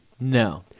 No